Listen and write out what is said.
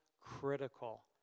critical